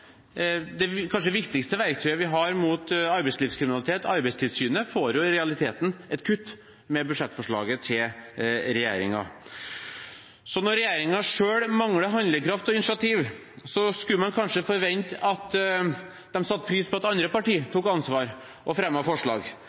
Det kanskje viktigste verktøyet vi har mot arbeidslivskriminalitet, Arbeidstilsynet, får i realiteten et kutt med budsjettforslaget til regjeringen. Når regjeringen selv mangler handlekraft og initiativ, skulle man kanskje forvente at de satte pris på at andre partier tok ansvar og fremmet forslag,